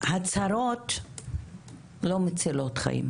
הצהרות לא מצילות חיים.